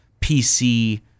PC